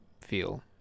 feel